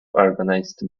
organized